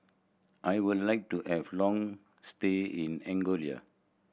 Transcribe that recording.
I would like to have long stay in Angola